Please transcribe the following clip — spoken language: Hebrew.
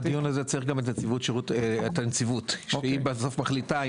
לדיון הזה צריך גם את הנציבות, שהיא בסוף מחליטה.